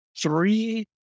three